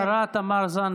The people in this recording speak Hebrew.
תשיב השרה תמר זנדברג.